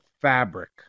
fabric